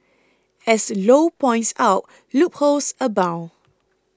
as Low points out loopholes abound